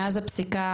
מאז הפסיקה,